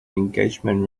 engagement